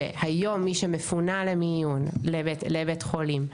שהיום מי שמפונה למיון, בית חולים,